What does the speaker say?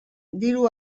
diru